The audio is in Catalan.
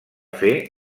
fer